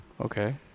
Okay